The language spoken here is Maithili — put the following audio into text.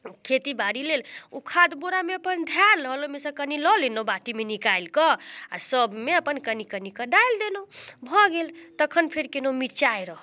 खेती बाड़ी लेल ओ खाद बोरामे अपन धएल रहल अपन ओहिमेसँ कनि लऽ लेलहुँ बाटीमे निकालिकऽ आओर आओर सबमे अपन कनि कनि कऽ डालि देलहुँ भऽ गेल तखन फेर केलहुँ मिरचाइ रहल